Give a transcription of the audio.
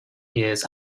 years